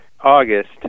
August